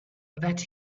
that